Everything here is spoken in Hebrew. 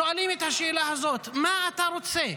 שואלים את השאלה הזאת: מה אתה רוצה?